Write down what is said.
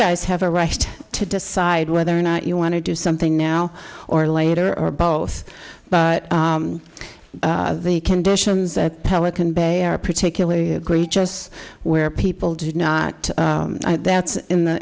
guys have a right to decide whether or not you want to do something now or later or both but the conditions at pelican bay are particularly egregious where people did not that's in the